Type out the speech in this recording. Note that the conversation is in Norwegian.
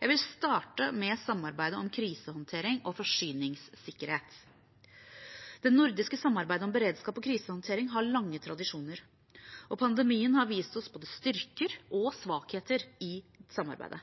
Jeg vil starte med samarbeidet om krisehåndtering og forsyningssikkerhet. Det nordiske samarbeidet om beredskap og krisehåndtering har lange tradisjoner. Pandemien har vist oss både styrker og svakheter i samarbeidet.